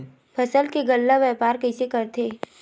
फसल के गल्ला व्यापार कइसे करथे?